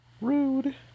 rude